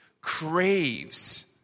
craves